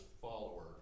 follower